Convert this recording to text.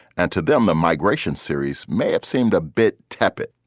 and to them, the migration series may have seemed a bit tepid.